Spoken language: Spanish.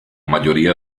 mayoría